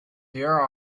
there